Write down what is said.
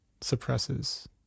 suppresses